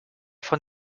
von